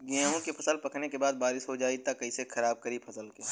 गेहूँ के फसल पकने के बाद बारिश हो जाई त कइसे खराब करी फसल के?